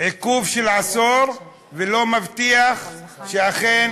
עיכוב של עשור, ולא מבטיח שאכן